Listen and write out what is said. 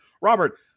Robert